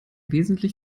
wesentlich